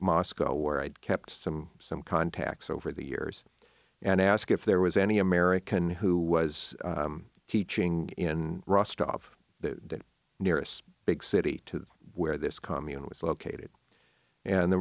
moscow where i'd kept some some contacts over the years and ask if there was any american who was teaching in rostov the nearest big city to where this commune was located and